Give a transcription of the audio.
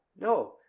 no